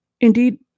Indeed